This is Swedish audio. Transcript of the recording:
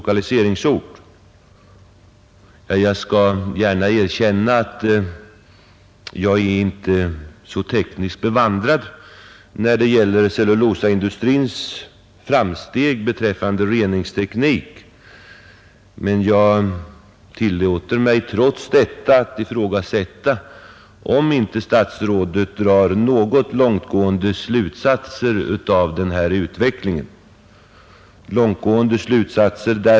Ja, jag skall gärna erkänna att jag inte är så tekniskt bevandrad när det gäller cellulosaindustrins framsteg beträffande reningsteknik, men jag tillåter mig trots detta ifrågasätta om inte statsrådet drar något långtgående slutsatser av denna utveckling.